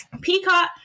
Peacock